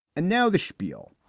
and now the spiel,